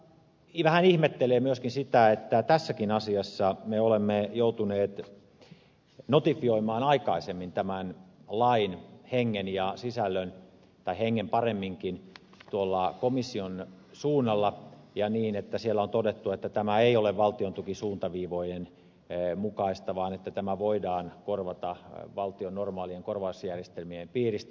valiokunta vähän ihmettelee myöskin sitä että tässäkin asiassa me olemme joutuneet notifioimaan aikaisemmin tämän lain hengen ja sisällön tai hengen paremminkin tuolla komission suunnalla ja niin että siellä on todettu että tämä ei ole valtiontukisuuntaviivojen mukaista vaan tämä voidaan korvata valtion normaalien korvausjärjestelmien piiristä